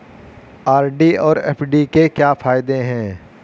RD और FD के क्या फायदे हैं?